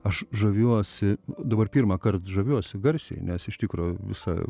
aš žaviuosi dabar pirmąkart žaviuosi garsiai nes iš tikro visą